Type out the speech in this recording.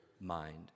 mind